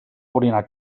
orinar